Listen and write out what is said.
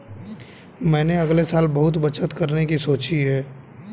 मैंने अगले साल बहुत बचत करने की सोची है